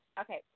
Okay